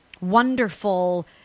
wonderful